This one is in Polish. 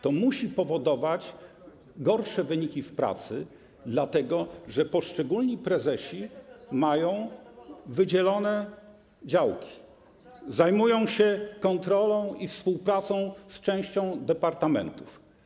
To musi powodować gorsze wyniki w pracy, dlatego że poszczególni prezesi mają wydzielone działki, zajmują się kontrolą i współpracą z częścią departamentów.